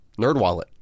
NerdWallet